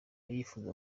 yifuza